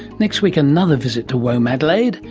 next week another visit to womadelaide,